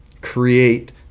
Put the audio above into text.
create